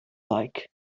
like